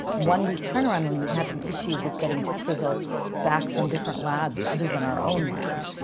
one week turnaround, when we've had some issues with getting test results back from different labs other than our own lab.